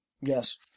Yes